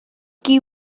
qui